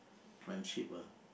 friendship ah